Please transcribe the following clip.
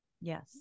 Yes